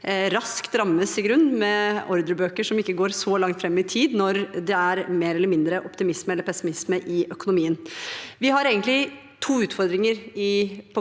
rammes i grunnen med ordrebøker som ikke går så langt fram i tid når det er mer eller mindre optimisme eller pessimisme i økonomien. Vi har egentlig to utfordringer